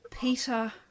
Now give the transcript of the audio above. Peter